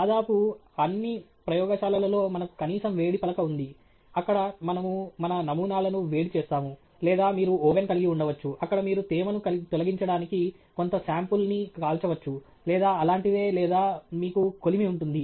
దాదాపు అన్ని ప్రయోగశాలలలో మనకు కనీసం వేడి పలక ఉంది అక్కడ మనము మన నమూనాలను వేడి చేస్తాము లేదా మీరు ఓవెన్ కలిగి ఉండవచ్చు అక్కడ మీరు తేమను తొలగించడానికి కొంత సాంపుల్ ని కాల్చవచ్చు లేదా అలాంటిదే లేదా మీకు కొలిమి ఉంటుంది